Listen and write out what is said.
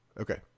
okay